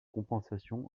compensation